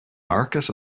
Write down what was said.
marcus